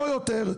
לא יותר,